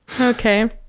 Okay